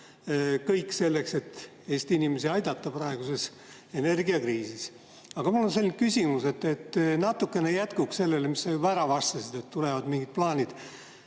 kõik selleks, et Eesti inimesi aidata praeguses energiakriisis. Aga mul on selline küsimus, natukene jätkuks sellele, mis sa juba vastasid, et tulevad mingid plaanid.